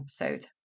episode